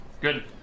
good